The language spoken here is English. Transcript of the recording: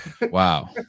Wow